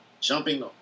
jumping